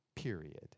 Period